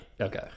okay